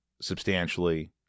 substantially